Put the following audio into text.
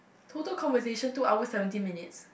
total conversation two hours seventeen minutes